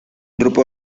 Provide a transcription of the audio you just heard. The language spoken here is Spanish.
grupo